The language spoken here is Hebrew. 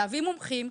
להביא מומחים,